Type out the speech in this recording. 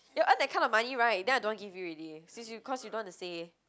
you earn that kind of money [right] then I don't want to give you already since you cause you don't want to say